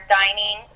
dining